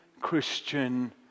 Christian